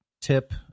tip